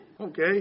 okay